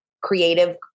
creative